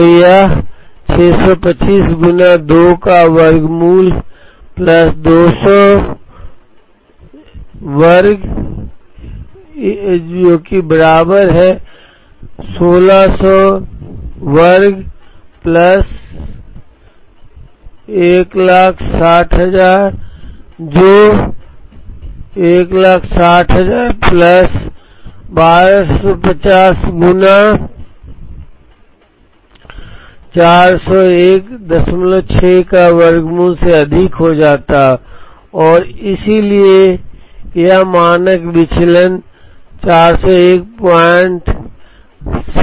तो यह 625 गुणा 2 का वर्गमूल 200 वर्ग वर्ग16000 160000 जो 160000 1250 गुणा 4016 का वर्गमूल से अधिक हो जाता है और इसलिए इस का मानक विचलन 4016 हो जाएगा